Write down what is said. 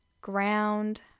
ground